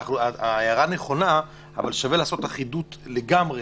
ההערה נכונה אבל שווה לעשות אחידות לגמרי